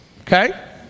okay